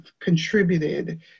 contributed